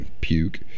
puke